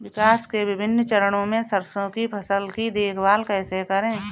विकास के विभिन्न चरणों में सरसों की फसल की देखभाल कैसे करें?